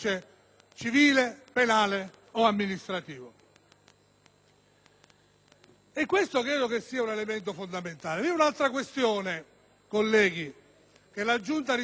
questo sia un elemento fondamentale.